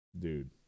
Dude